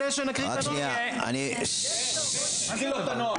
תקריא לו את הנוהל.